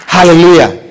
Hallelujah